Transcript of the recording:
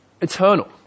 eternal